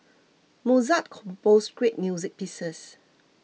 Mozart composed great music pieces